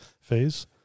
phase